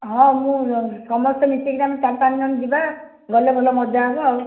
ହଁ ମୁଁ ସମସ୍ତେ ମିଶିକିନା ଚାରି ପାଞ୍ଚ ଜଣ ଯିବା ଗଲେ ଭଲ ମଜା ହେବ ଆଉ